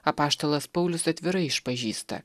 apaštalas paulius atvirai išpažįsta